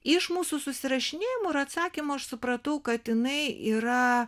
iš mūsų susirašinėjimų ir atsakymų aš supratau kad jinai yra